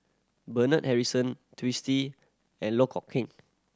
Bernard Harrison Twisstii and Loh Kok Heng